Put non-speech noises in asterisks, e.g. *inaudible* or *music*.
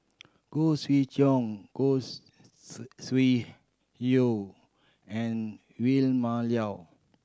Khoo Swee Chiow Khoo *unintelligible* Sui Hoe and Vilma *unintelligible*